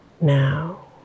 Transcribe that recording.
now